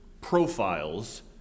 profiles